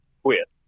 quit